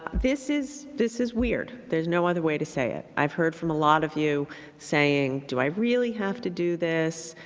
this is this is weird. there is no other way to say it. i've heard from a lot of you saying, do i really have to do this?